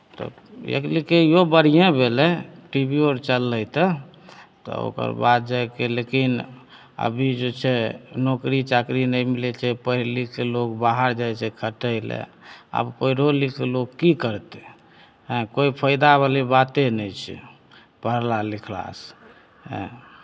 तऽ एक लेखे इहो बढ़िएँ भेलै टीभीयो अर चललै तऽ तऽ ओकर बाद जाय कऽ लेकिन अभी जे छै नौकरी चाकरी नहि मिलै छै पढ़ि लिखि कऽ लोक बाहर जाइ छै खटय लए आब पढ़िओ लिखि कऽ लोक की करतै एँ कोइ फाइदा वाली बाते नहि छै पढ़ला लिखलासँ एँ